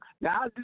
now